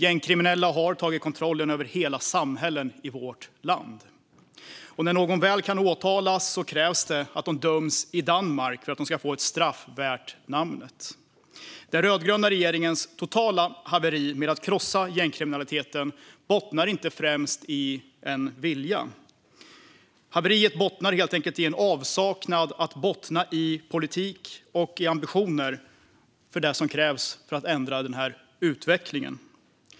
Gängkriminella har tagit kontrollen över hela samhällen i vårt land. När någon kan väl kan åtalas krävs det att de döms i Danmark för att de ska få ett straff värt namnet. Den rödgröna regeringens totala haveri med att krossa gängkriminaliteten bottnar inte främst i en avsaknad av vilja. Haveriet bottnar helt enkelt i en avsaknad av att bottna i politik och ambitioner som krävs för att ändras den här utvecklingen.